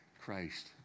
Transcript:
Christ